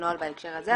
בנוהל בהקשר הזה.